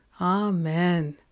Amen